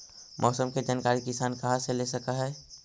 मौसम के जानकारी किसान कहा से ले सकै है?